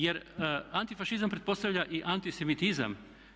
Jer antifašizam pretpostavlja i antisemitizam.